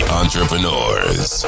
entrepreneurs